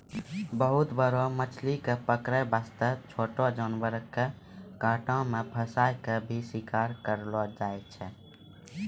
बहुत बड़ो मछली कॅ पकड़ै वास्तॅ छोटो जानवर के कांटा मॅ फंसाय क भी शिकार करलो जाय छै